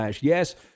Yes